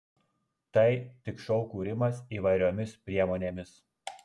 tai tik šou kūrimas įvairiomis priemonėmis